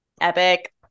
Epic